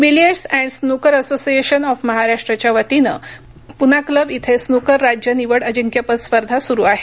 billiards and snooker association of महाराष्ट्रच्या वतीनं Poona club इथं स्नुकर राज्य निवड अजिंक्यपद स्पर्धा सुरू आहे